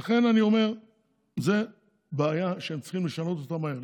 לכן אני אומר שזאת בעיה שהם צריכים לשנות אותה מהר,